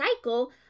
cycle